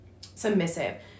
submissive